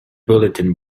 bulletin